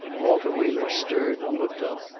walter wheeler stirred and looked up.